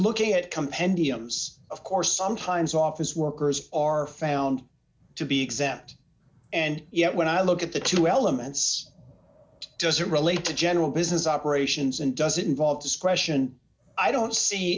compendiums of course sometimes office workers are found to be except and yet when i look at the two elements it doesn't relate to general business operations and doesn't involve discretion i don't see